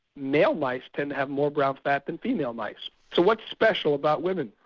male mice tend to have more brown fat than female mice. so what's special about women?